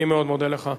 אני מאוד מודה לך.